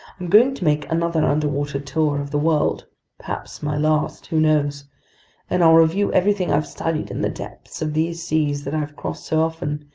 i'm going to make another underwater tour of the world perhaps my last, who knows and i'll review everything i've studied in the depths of these seas that i've crossed so often,